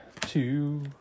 two